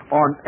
on